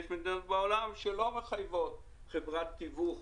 יש מדינות שלא מחייבות חברת תיווך